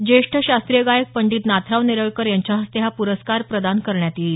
ज्येष्ठ शास्त्रीय गायक पंडित नाथराव नेरळकर यांच्या हस्ते हा पुरस्कार प्रदान करण्यात येईल